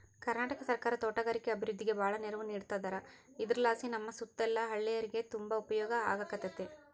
ಕರ್ನಾಟಕ ಸರ್ಕಾರ ತೋಟಗಾರಿಕೆ ಅಭಿವೃದ್ಧಿಗೆ ಬಾಳ ನೆರವು ನೀಡತದಾರ ಇದರಲಾಸಿ ನಮ್ಮ ಸುತ್ತಲ ಹಳ್ಳೇರಿಗೆ ತುಂಬಾ ಉಪಯೋಗ ಆಗಕತ್ತತೆ